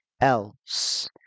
else